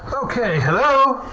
ah okay, hello?